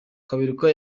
kaberuka